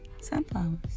sunflowers